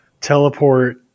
teleport